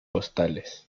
postales